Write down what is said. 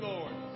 Lord